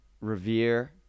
Revere